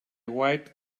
white